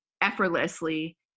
effortlessly